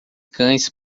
cães